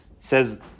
says